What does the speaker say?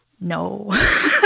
no